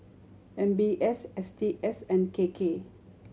M B S S T S and K K